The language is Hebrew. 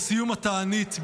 לסיום התענית,